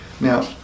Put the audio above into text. Now